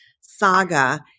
saga